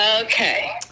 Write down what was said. Okay